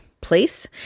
place